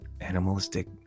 animalistic